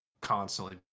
constantly